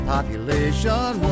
Population